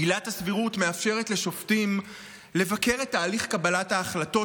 עילת הסבירות מאפשרת לשופטים לבקר את תהליך קבלת ההחלטות